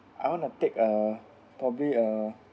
I want to take a probably a